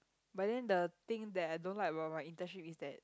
but then the thing that I don't like about my internship is that